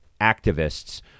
activists